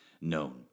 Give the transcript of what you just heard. known